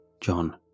John